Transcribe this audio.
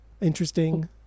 interesting